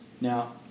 Now